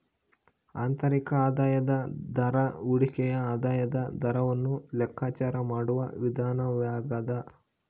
ಆಂತರಿಕ ಆದಾಯದ ದರ ಹೂಡಿಕೆಯ ಆದಾಯದ ದರವನ್ನು ಲೆಕ್ಕಾಚಾರ ಮಾಡುವ ವಿಧಾನವಾಗ್ಯದ